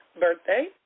birthday